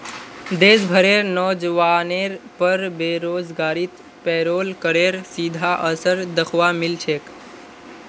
देश भरेर नोजवानेर पर बेरोजगारीत पेरोल करेर सीधा असर दख्वा मिल छेक